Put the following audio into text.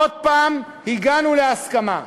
עוד פעם הגענו להסכמה,